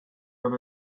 and